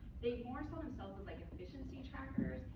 they more saw themselves as like efficiency and trackers.